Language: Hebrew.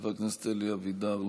חבר הכנסת אלי אבידר,